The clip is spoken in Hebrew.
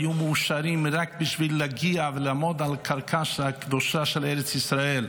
שהיו מאושרים רק בשביל להגיע ולעמוד על הקרקע הקדושה של ארץ ישראל,